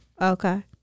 okay